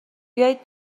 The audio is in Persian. بیایید